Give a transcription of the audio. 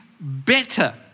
better